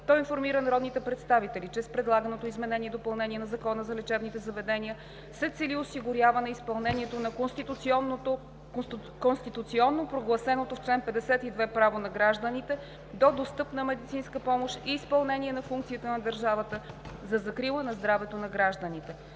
Той информира народните представители, че с предлаганото изменение и допълнение на Закона за лечебните заведения се цели осигуряване изпълнението на конституционно прогласеното в чл. 52 право на гражданите до достъпна медицинска помощ и изпълнение на функцията на държавата за закрила на здравето на гражданите.